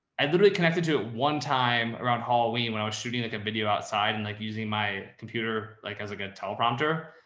i literally connected to, at one time around halloween when i was shooting like a video outside and like using my computer, like as like a teleprompter.